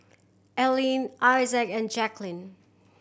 Allene Issac and Jacklyn